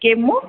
ಕೆಮ್ಮು